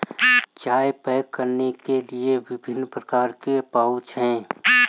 चाय पैक करने के लिए विभिन्न प्रकार के पाउच हैं